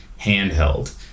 handheld